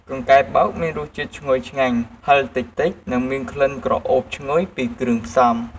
កង្កែបបោកមានរសជាតិឈ្ងុយឆ្ងាញ់ ហិរតិចៗ និងមានក្លិនក្រអូបឈ្ងុយពីគ្រឿងផ្សំ។